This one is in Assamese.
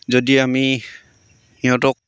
যদি আমি সিহঁতক